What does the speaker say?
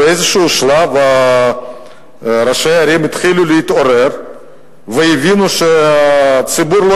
באיזשהו שלב ראשי הערים התחילו להתעורר והבינו שהציבור לא